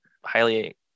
highly